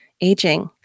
aging